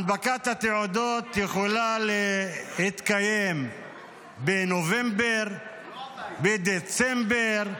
הנפקת התעודות יכולה להתקיים בנובמבר, בדצמבר,